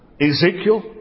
Ezekiel